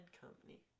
company